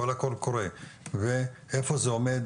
כל הקול קורא ואיפה זה עומד,